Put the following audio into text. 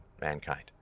Mankind